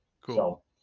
Cool